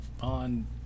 on